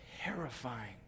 terrifying